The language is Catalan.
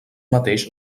mateix